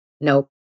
Nope